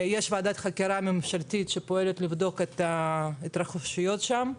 יש ועדת חקירה ממשלתית שפועלת לבדוק את ההתרחשויות שם.